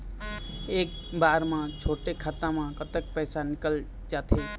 एक बार म छोटे खाता म कतक पैसा निकल जाथे?